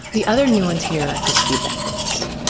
the other nuance here is feedback loops.